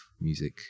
music